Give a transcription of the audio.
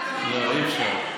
לא, אי-אפשר,